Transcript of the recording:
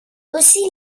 aussi